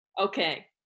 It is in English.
Okay